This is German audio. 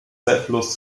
zweifellos